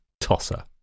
tosser